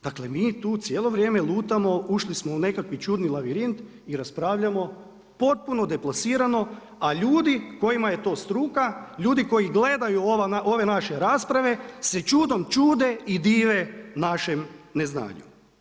Dakle, mi tu cijelo vrijeme lutamo, ušli smo u nekakvi čudni labirint i raspravljamo potpuno deplasirano a ljudi kojima je to struka, ljudi koji gledaju ove naše rasprave se čudom čude i dive našem neznanju.